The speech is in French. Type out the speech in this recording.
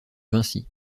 vinci